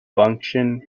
function